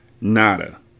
Nada